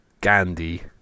Gandhi